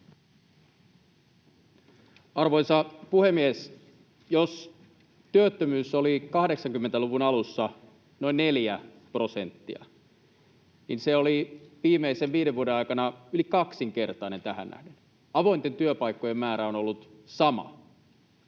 Arvoisa puhemies! Jos työttömyys oli 80-luvun alussa noin 4 prosenttia, niin se oli viimeisen viiden vuoden aikana yli kaksinkertainen tähän nähden. Avointen työpaikkojen määrä on ollut sama.